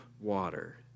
water